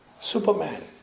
Superman